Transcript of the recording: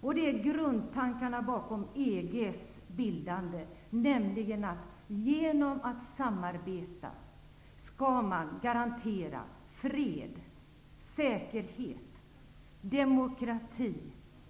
Det är alltså grundtankarna bakom bildandet av EG, nämligen att ett samarbete skall garantera fred, säkerhet, demokrati,